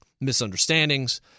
Misunderstandings